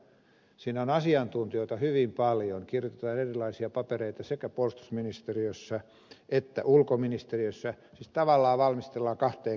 siinä on asiantuntijoita hyvin paljon kirjoitetaan erilaisia papereita sekä puolustusministeriössä että ulkoministeriössä asiaa siis tavallaan valmistellaan jopa kahteen kertaan